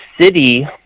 city